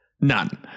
None